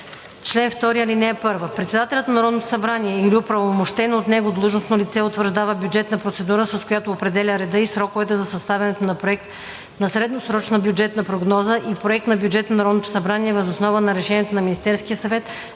Чл. 2. (1) Председателят на Народното събрание или оправомощено от него длъжностно лице утвърждава бюджетна процедура, с която определя реда и сроковете за съставянето на проект на средносрочна бюджетна прогноза и проект на бюджет на Народното събрание въз основа на решението на Министерския съвет